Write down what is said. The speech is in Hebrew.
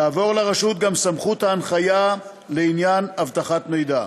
תעבור לרשות גם סמכות ההנחיה לעניין אבטחת מידע.